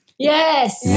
Yes